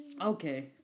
Okay